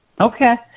Okay